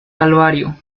calvario